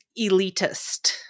elitist